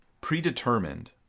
predetermined